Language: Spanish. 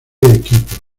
equipos